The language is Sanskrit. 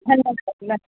धन्यवादः